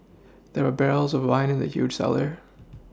there were barrels of wine in the huge cellar